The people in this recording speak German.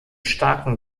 starken